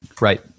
Right